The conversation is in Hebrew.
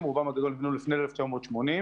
בדיור ציבורי ובכל הדברים